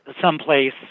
someplace